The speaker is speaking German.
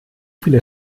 viele